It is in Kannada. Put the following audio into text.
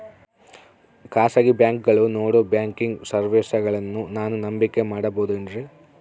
ಖಾಸಗಿ ಬ್ಯಾಂಕುಗಳು ನೇಡೋ ಬ್ಯಾಂಕಿಗ್ ಸರ್ವೇಸಗಳನ್ನು ನಾನು ನಂಬಿಕೆ ಮಾಡಬಹುದೇನ್ರಿ?